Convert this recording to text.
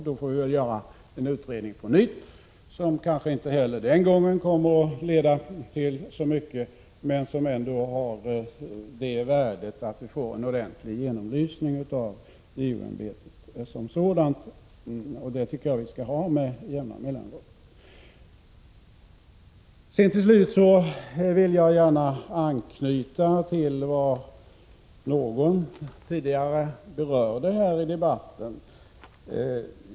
Då får vi göra en utredning på nytt, som kanske inte heller den gången kommer att leda till så mycket, men som ändå har det värdet att vi får en ordentlig genomlysning av JO-ämbetet som sådant. Det tycker jag att vi skall ha med jämna mellanrum. Till slut vill jag gärna anknyta till vad någon tidigare berörde här i debatten.